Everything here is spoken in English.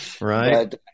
right